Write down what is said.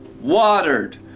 watered